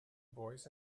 boys